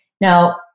Now